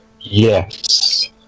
Yes